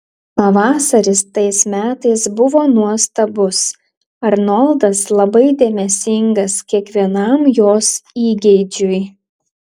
pavasaris tais metais buvo nuostabus arnoldas labai dėmesingas kiekvienam jos įgeidžiui